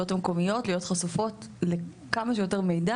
המקומיות להיות חשופות לכמה שיותר מידע.